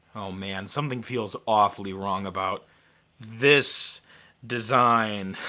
oh man, something feels awfully wrong about this design.